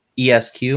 ESQ